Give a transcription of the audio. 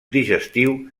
digestiu